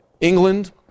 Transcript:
England